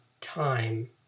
time